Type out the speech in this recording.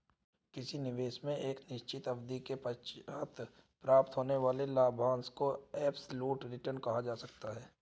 किसी निवेश में एक निश्चित अवधि के पश्चात प्राप्त होने वाले लाभांश को एब्सलूट रिटर्न कहा जा सकता है